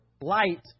light